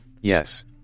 Yes